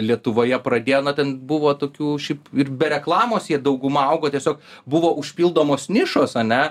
lietuvoje pradėjo na ten buvo tokių šiaip ir be reklamos jie dauguma augo tiesiog buvo užpildomos nišos ane